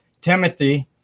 Timothy